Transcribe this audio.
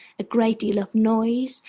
a great deal of noise,